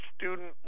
student